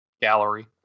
gallery